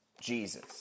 Jesus